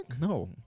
No